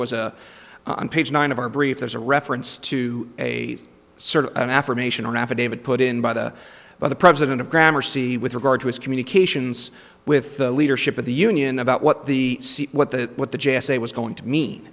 was a on page nine of our brief there's a reference to a sort of an affirmation an affidavit put in by the by the president of grammar c with regard to his communications with the leadership of the union about what the seat what the what the j s a was going to me